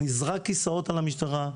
נזרקו כיסאות על המשטרה.